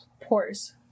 pores